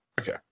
Okay